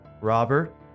Robert